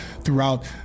throughout